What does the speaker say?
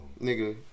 Nigga